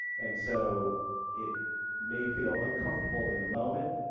and so it may feel uncomfortable in the moment,